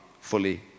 fully